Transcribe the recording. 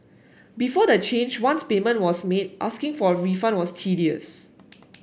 before the change once payment was made asking for a refund was tedious